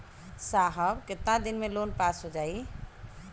साहब कितना दिन में लोन पास हो जाई?